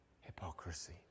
hypocrisy